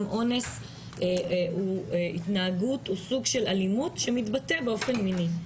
גם אונס הוא סוג של אלימות שמתבטא באופן מיני,